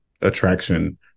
attraction